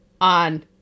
on